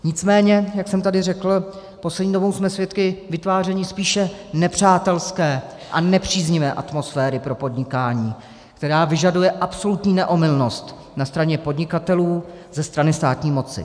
Nicméně jak jsem tady řekl, poslední dobou jsme svědky vytváření spíše nepřátelské a nepříznivé atmosféry pro podnikání, která vyžaduje absolutní neomylnost na straně podnikatelů ze strany státní moci.